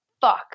fuck